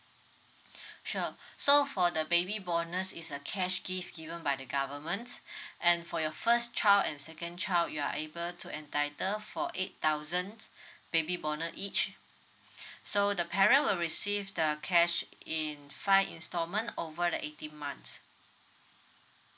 sure so for the baby bonus is a cash gift given by the government and for your first child and second child you are able to entitle for eight thousand baby bonus each so the parent will receive the cash in five installment over the eighteen months